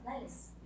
nice